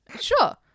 Sure